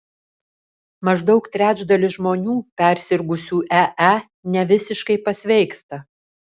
maždaug trečdalis žmonių persirgusių ee nevisiškai pasveiksta